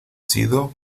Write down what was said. sido